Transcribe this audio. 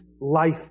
life